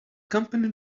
company